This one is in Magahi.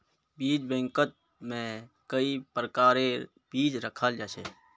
बीज बैंकत में कई प्रकारेर बीज रखाल जा छे